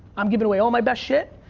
i'm giving away all my best shit.